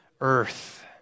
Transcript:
Earth